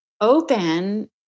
open